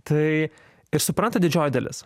tai ir supranta didžioji dalis